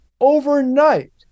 overnight